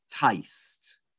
taste